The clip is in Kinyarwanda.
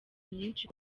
myinshi